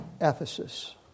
Ephesus